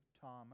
Thomas